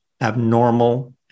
abnormal